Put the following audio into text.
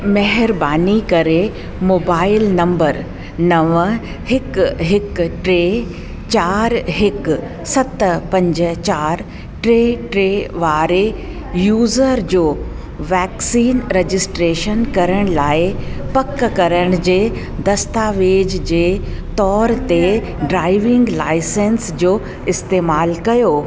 महिरबानी करे mobile number नव हिकु हिकु टे चारि हिकु सत पंज चारि टे टे वारे यूज़र जो वैक्सीन रजिस्ट्रेशन करण लाइ पक करण जे दस्तावेज जे तौर ते ड्राइविंग लाइसेंस जो इस्तेमालु कयो